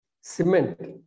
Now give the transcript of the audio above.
cement